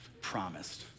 promised